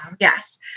Yes